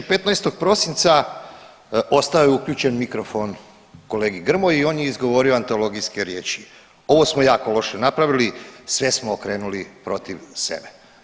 15. prosinca ostao je uključen mikrofon kolegi Grmoji i on je izgovorio antologijske riječi „ovo smo jako loše napravili, sve smo okrenuli protiv sebe“